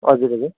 हजुर हजुर